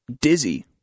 dizzy